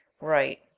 right